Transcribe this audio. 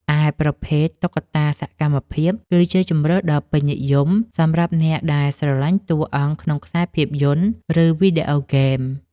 ឯប្រភេទ តុក្កតាសកម្មភាព គឺជាជម្រើសដ៏ពេញនិយមសម្រាប់អ្នកដែលស្រឡាញ់តួអង្គក្នុងខ្សែភាពយន្ត ឬវីដេអូហ្គេម។